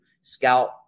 scout